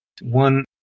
One